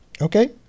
Okay